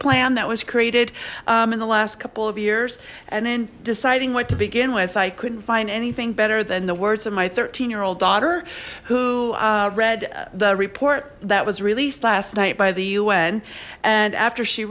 plan that was created in the last couple of years and in deciding what to begin with i couldn't find anything better than the words of my thirteen year old daughter who read the report that was released last night by the un and after she